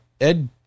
Ed